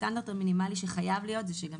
הסטנדרט המינימלי שחייב להיות זה שגם